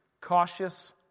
cautious